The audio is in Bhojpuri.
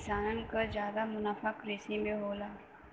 किसानन क जादा मुनाफा कृषि में होला